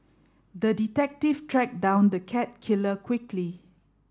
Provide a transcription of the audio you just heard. the detective tracked down the cat killer quickly